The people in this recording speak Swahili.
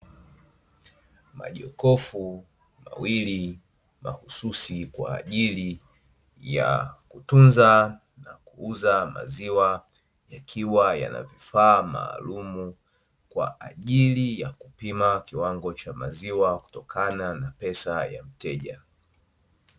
Majokofu mawili mahususi kwaajili ya kutunza na kuuza maziwa, yakiwa yanavifaa maalumu kwaajili ya kupima kiwango cha maziwa kutokana na pesa ya mteja.